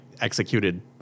executed